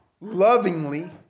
lovingly